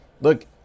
look